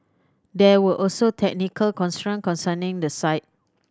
there were also technical constraint concerning the site